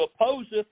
opposeth